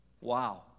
Wow